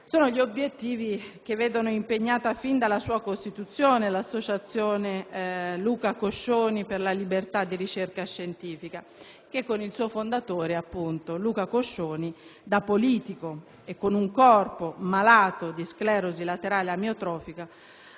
Sono gli obiettivi che vedono impegnata fin dalla sua costituzione l'Associazione Luca Coscioni per la libertà della ricerca scientifica, che con il suo fondatore, Luca Coscioni, da politico e con un corpo malato di sclerosi laterale amiotrofica,